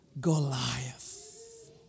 Goliath